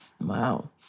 Wow